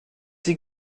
sie